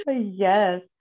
yes